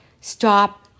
Stop